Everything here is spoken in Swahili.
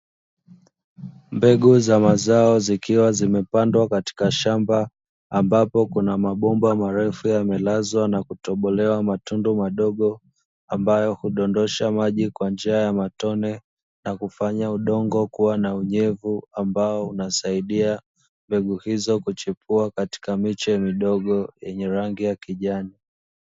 Mbegu za mazao zikiwa zimepandwa katika shamba, ambapo kuna mabomba marefu yamelazwa na kutobolewa matundu madogo, ambayo hudondosha maji kwa njia ya matone na kufanya udongo kuwa na unyevu ambao unasaidia mbegu hizo kuchipua katika miche midogo yenye rangi ya kijani.